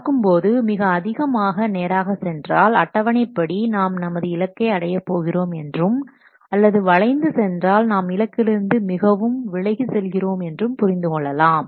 பார்க்கும்போது மிக அதிகமாக நேராக சென்றால் அட்டவணைப்படி நாம் நமது இலக்கை அடையப் போகிறோம் என்றும் அல்லது வளைந்து சென்றால் நாம் இலக்கிலிருந்து மிகவும் விலகி செல்கிறோம் என்றும் புரிந்து கொள்ளலாம்